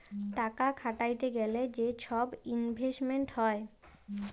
টাকা খাটাইতে গ্যালে যে ছব ইলভেস্টমেল্ট হ্যয়